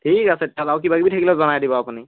ঠিক আছে তেনে আৰু কিবা কিবি থাকিলে জনাই দিব আপুনি